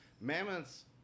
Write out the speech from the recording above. mammoths